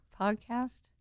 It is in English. podcast